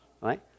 right